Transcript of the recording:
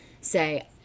say